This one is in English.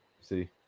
see